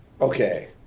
Okay